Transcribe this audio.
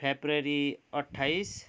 February अठ्ठाइस